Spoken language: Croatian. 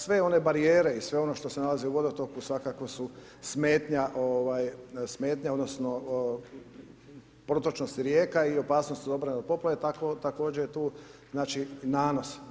Sve one barijere i sve ono što se nalazi u vodotoku, svakako su smetnja, ovaj, smetnja, odnosno protočnost rijeka i opasnost od obrane od poplave, tako, također je tu, znači, nanos.